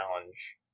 challenge